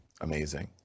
Amazing